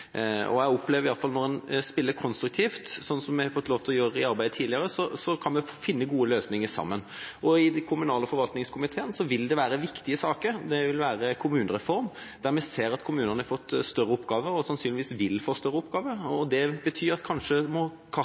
Jeg opplever – iallfall når en spiller konstruktivt, slik vi har fått lov til å gjøre i arbeidet tidligere – at vi kan finne gode løsninger sammen. I kommunal- og forvaltningskomiteen vil det være viktige saker: bl.a. kommunereform. Vi ser at kommunene har fått større oppgaver – og sannsynligvis vil få større oppgaver. Det vil bety at kanskje kartet må